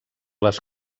les